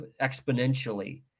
exponentially